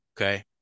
Okay